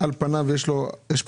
על פניו יש פה נתונים,